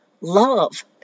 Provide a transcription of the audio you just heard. love